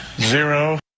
zero